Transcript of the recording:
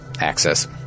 access